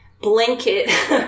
blanket